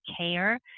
care